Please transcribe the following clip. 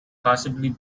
possibly